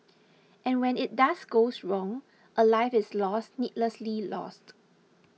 and when it does goes wrong a life is lost needlessly lost